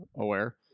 aware